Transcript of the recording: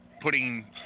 putting